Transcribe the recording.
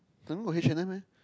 down there got H-and-M eh